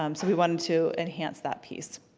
um so we wanted to enhance that piece.